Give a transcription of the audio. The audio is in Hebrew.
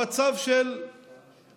המצב של העיר,